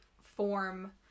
form